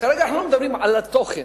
כרגע אנחנו לא מדברים על התוכן,